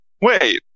wait